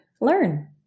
learn